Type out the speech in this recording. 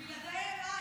שבלעדיהם אין.